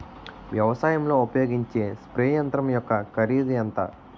వ్యవసాయం లో ఉపయోగించే స్ప్రే యంత్రం యెక్క కరిదు ఎంత?